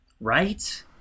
right